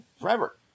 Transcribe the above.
forever